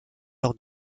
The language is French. leur